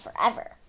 forever